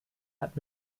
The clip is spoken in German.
hat